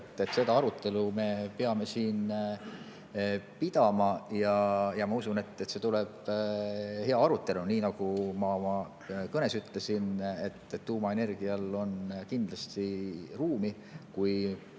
Seda arutelu me peame siin pidama ja ma usun, et see tuleb hea arutelu. Nii nagu ma oma kõnes ütlesin, tuumaenergial on kindlasti ruumi, kui